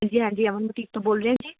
ਹਾਂਜੀ ਹਾਂਜੀ ਅਮਨ ਬੁਟੀਕ ਤੋਂ ਬੋਲ ਰਹੇ ਜੀ